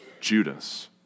Judas